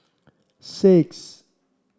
six